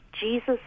Jesus